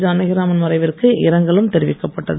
ஜானகிராமன் மறைவிற்கு இரங்கலும் தெரிவிக்கப்பட்டது